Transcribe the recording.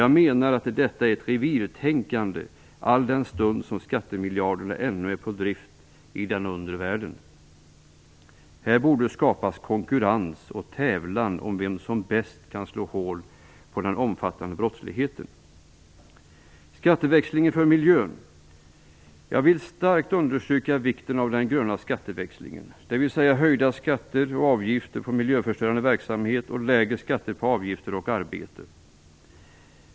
Jag menar att detta är ett revirtänkande, alldenstund skattemiljarderna ännu är på drift i den undre världen. Här borde skapas konkurrens och tävlan om vem som bäst kan slå hål på den omfattande brottsligheten. Vad angår skatteväxling för miljön vill jag starkt understryka vikten av den gröna skatteväxlingen, dvs. höjda skatter avgifter på arbete.